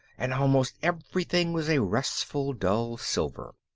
and almost everything was a restfully dull silver.